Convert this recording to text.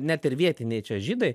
net ir vietiniai čia žydai